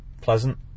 pleasant